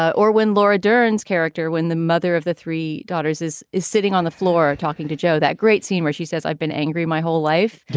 or when laura dern's character, when the mother of the three daughters is is sitting on the floor talking to joe, that great scene where she says, i've been angry my whole life.